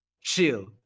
chill